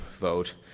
vote